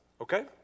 Okay